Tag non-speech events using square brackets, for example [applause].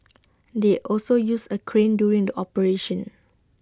[noise] they also used A crane during the operation